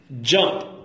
Jump